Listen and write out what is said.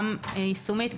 גם יישומית,